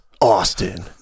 Austin